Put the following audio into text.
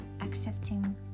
Accepting